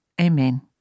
Amen